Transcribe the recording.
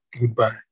goodbye